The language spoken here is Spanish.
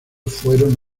fueron